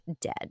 dead